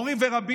הוא מורי ורבי,